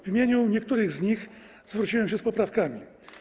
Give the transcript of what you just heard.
W imieniu niektórych z nich zwróciłem się z poprawkami.